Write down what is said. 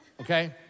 okay